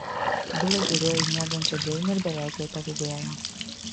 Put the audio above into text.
vilas žiūrėjo į miegančią džeinę ir beveik jai pavydėjo